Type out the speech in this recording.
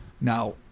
Now